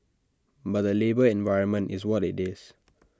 but the labour environment is what IT is